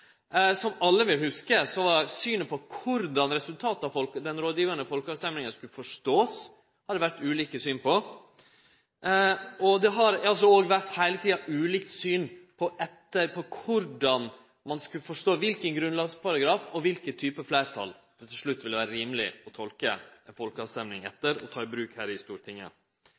Som alle vil hugse, har det vore ulike syn på korleis ein skulle forstå resultatet av den rådgivande folkeavstemminga. Det har altså heile tida vore ulike syn på korleis ein skulle forstå kva for grunnlovsparagraf og kva for type fleirtal det til slutt ville vere rimeleg å tolke folkeavstemminga etter og ta i bruk her i Stortinget.